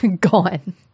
gone